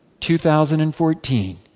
two thousand and fourteen,